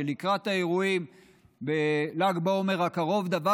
שלקראת האירועים בל"ג בעומר הקרוב דבר